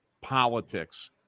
politics